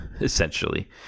essentially